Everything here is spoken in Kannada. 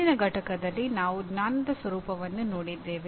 ಹಿಂದಿನ ಪಠ್ಯದಲ್ಲಿ ನಾವು ಜ್ಞಾನದ ಸ್ವರೂಪವನ್ನು ನೋಡಿದ್ದೇವೆ